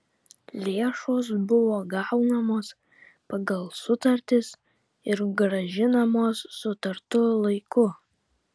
lėšos buvo gaunamos pagal sutartis ir grąžinamos sutartu laiku